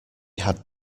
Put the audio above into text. had